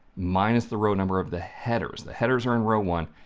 minus the row number of the headers. the headers are in row one,